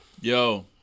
Yo